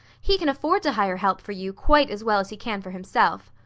he can afford to hire help for you, quite as well as he can for himself.